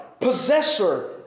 possessor